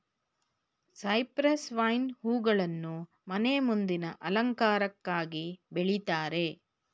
cypress vine ಹೂಗಳನ್ನು ಮನೆ ಮುಂದಿನ ಅಲಂಕಾರಕ್ಕಾಗಿ ಬೆಳಿತಾರೆ